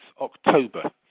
October